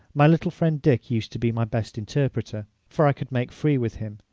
my little friend dick used to be my best interpreter for i could make free with him,